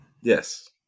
Yes